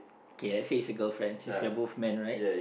K let's say it's a girlfriend since we are both man right